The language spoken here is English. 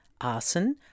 arson